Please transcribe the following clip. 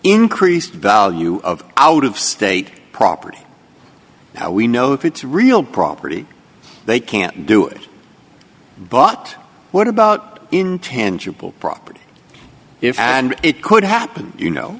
increased value of out of state property how we know that it's real property they can't do it but what about intangible property if and it could happen you know